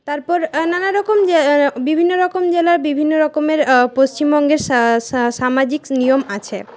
তারপর নানা রকম জায়গার বিভিন্ন রকম জেলার বিভিন্ন রকমের পশ্চিমবঙ্গের সামাজিক নিয়ম আছে